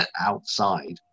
outside